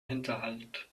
hinterhalt